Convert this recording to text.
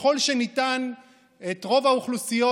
ככל שניתן את רוב האוכלוסיות,